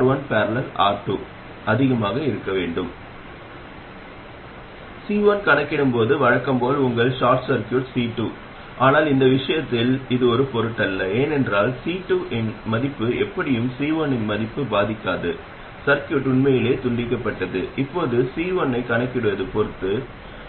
இதுவும் ஒரு மின்னழுத்தக் கட்டுப்படுத்தப்பட்ட மின்னோட்ட மூலமாகும் இந்த இரண்டிற்கும் இடையே உள்ள ஒரே வித்தியாசம் என்னவென்றால் இந்த விஷயத்தில்